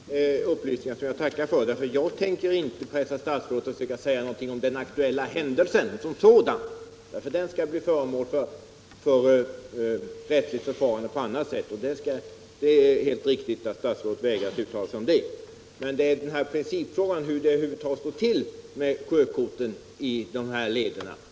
Herr talman! Jag har nu fått fram de upplysningar jag ville ha. Jag tackar för dem. Jag tänker inte försöka pressa statsrådet att säga någonting om den aktuella händelsen som sådan — den skall bli föremål för rättsligt förfarande. Det är helt riktigt att statsrådet vägrar uttala sig om den. Principfrågan var hur det står till med sjökorten över dessa leder.